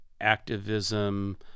activism